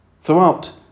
Throughout